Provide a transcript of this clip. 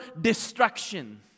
destruction